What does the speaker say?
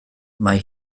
mae